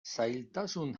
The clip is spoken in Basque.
zailtasun